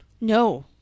no